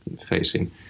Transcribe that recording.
facing